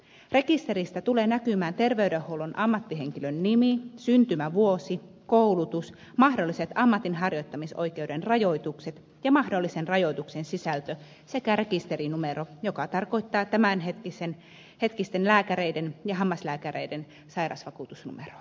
rekisteristä tulee näkymään terveydenhuollon ammattihenkilön nimi syntymävuosi koulutus mahdolliset ammatinharjoittamisoikeuden rajoitukset ja mahdollisten rajoitusten sisältö sekä rekisterinumero joka tarkoittaa tämänhetkisten lääkäreiden ja hammaslääkäreiden sairausvakuutusnumeroa